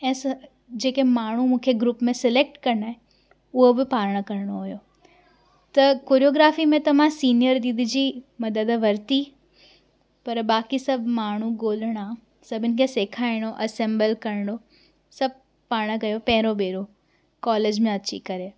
ऐं स जेके माण्हू मूंखे ग्रुप में सिलेक्ट करिणा आहिनि उहे बि पाण करिणो हुओ त कोरियोग्राफी में त मां सीनियर दीदी जी मदद वरिती पर बाक़ी सभु माण्हू ॻोल्हिणा सभिनि खे सेखारिणो असेंबल करिणो सभु पाण कयो पहरियों भेरो कॉलेज में अची करे